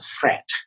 threat